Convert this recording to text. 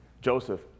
Joseph